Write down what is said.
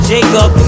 Jacob